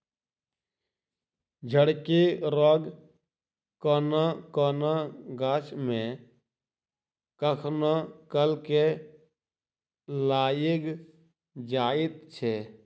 झड़की रोग कोनो कोनो गाछ मे कखनो काल के लाइग जाइत छै